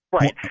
Right